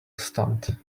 stunt